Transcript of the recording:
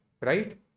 Right